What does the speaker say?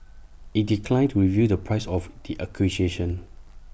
IT declined to reveal the price of the acquisition